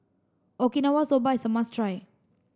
Okinawa soba is a must try